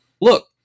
Look